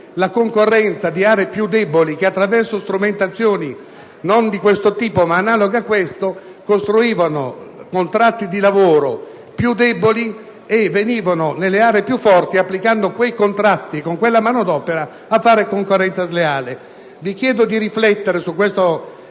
la concorrenza di aree più deboli, che attraverso strumentazioni non di questo tipo, ma analoghe a queste costruivano contratti di lavoro più deboli e venivano nelle aree più forti applicando quei contratti e con quella mano d'opera a fare concorrenza sleale. Vi chiedo di riflettere su tale emendamento,